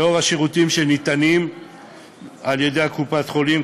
לצורך השירותים שניתנים על-ידי קופות-חולים,